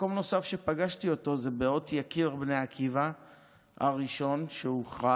מקום נוסף שפגשתי אותו זה באות יקיר בני עקיבא הראשון שהוכרז.